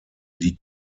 liegt